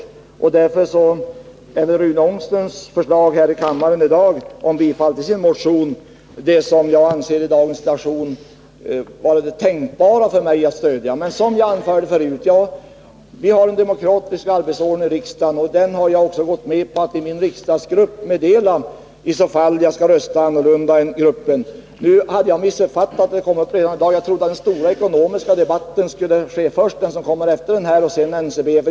Norrlands Skogs Därför är väl Rune Ångströms yrkande här i kammaren om bifall till sin ägares Cellulosa motion det som jag i dagens situation kan tänka mig att stödja. AR Men det är som jag anförde förut: Vi har en demokratisk arbetsordning i riksdagen, och därför har jag också gått med på att i min riksdagsgrupp meddela ifall jag ämnar rösta annorlunda än gruppen. Nu hade jag missuppfattat saken och trott att ärendet skulle komma upp senare i dag. Jag trodde att den stora ekonomiska debatten skulle komma först och sedan NCB-frågan.